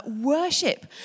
worship